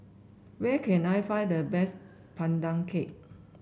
where can I find the best Pandan Cake